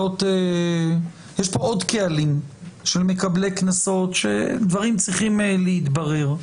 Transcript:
יש פה עוד קהלים של מקבלי קנסות שדברים צריכים להתברר.